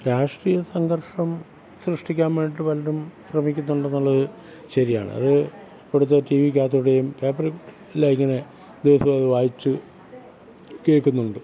രാഷ്ട്രീയ സംഘർഷം സൃഷ്ഠിക്കാൻ വേണ്ടിയിട്ട് പലരും ശ്രമിക്കുന്നുണ്ടെന്നുള്ളത് ശരിയാണ് അത് ഇവിടുത്തെ ടീ വിക്കകത്തുകൂടിയും പേപ്പറിലങ്ങനെ ദിവസേന വായിച്ചു കേൾക്കുന്നുണ്ട്